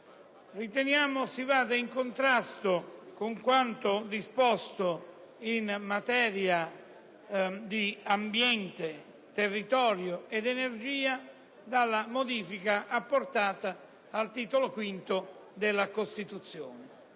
riteniamo che ciò sia in contrasto con quanto disposto in materia di ambiente, territorio ed energia dalla modifica apportata al Titolo V della Costituzione.